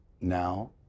now